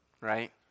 right